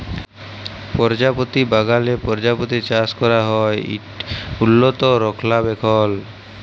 পরজাপতি বাগালে পরজাপতি চাষ ক্যরা হ্যয় ইট উল্লত রখলাবেখল